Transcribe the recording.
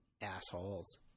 Assholes